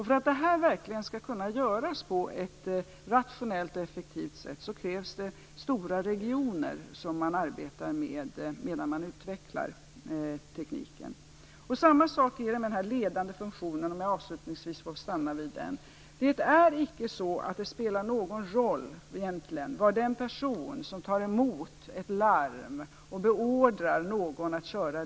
För att det skall kunna göras på ett rationellt och effektivt sätt krävs att man arbetar med stora regioner medan man utvecklar tekniken. Det är samma sak med den här ledande funktionen. Jag skall avslutningsvis stanna vid den. Det spelar egentligen inte någon roll var någonstans den person sitter som tar emot ett larm och beordrar någon att köra.